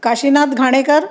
Kashinath Ghanekar